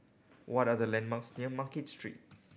what are the landmarks near Market Street